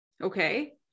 Okay